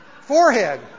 forehead